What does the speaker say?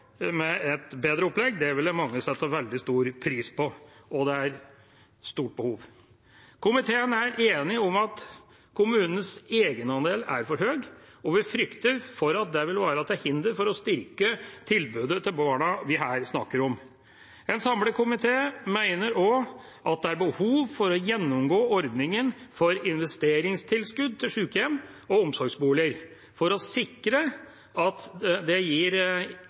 med et bedre opplegg. Det ville mange sette veldig stor pris på, og det er et stort behov. Komiteen er enig om at kommunenes egenandel er for høy, og vi frykter for at det vil være til hinder for å styrke tilbudet til barna vi her snakker om. En samlet komité mener også at det er behov for å gjennomgå ordningen for investeringstilskudd til sykehjem og omsorgsboliger, for å sikre at det gir